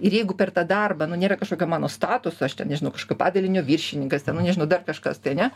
ir jeigu per tą darbą nu nėra kažkokio mano statuso aš ten nežinau kažkokio padalinio viršininkas ten nu nežinau dar kažkas tai ane